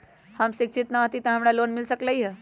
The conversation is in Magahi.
हम शिक्षित न हाति तयो हमरा लोन मिल सकलई ह?